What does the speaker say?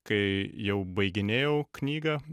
kai jau baiginėjau knygą